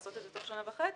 לעשות את זה תוך שנה וחצי,